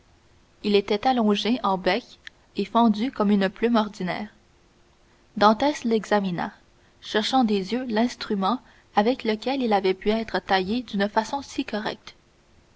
il était allongé en bec et fendu comme une plume ordinaire dantès l'examina cherchant des yeux l'instrument avec lequel il avait pu être taillé d'une façon si correcte